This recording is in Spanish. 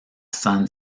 san